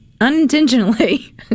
unintentionally